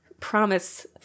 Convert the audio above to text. promise